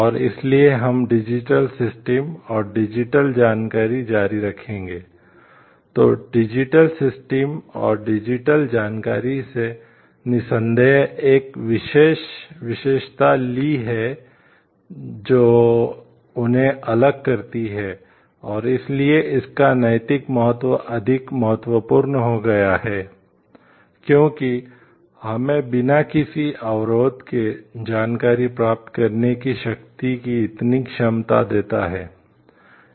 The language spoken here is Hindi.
और इसलिए हम डिजिटल सिस्टम जानकारी ने निस्संदेह एक विशेष विशेषता ली है जो उन्हें अलग करती है और इसीलिए इसका नैतिक महत्व अधिक महत्वपूर्ण हो गया है क्योंकि यह हमें बिना किसी अवरोध के जानकारी प्राप्त करने की शक्ति की इतनी क्षमता देता है